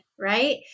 right